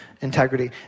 integrity